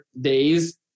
days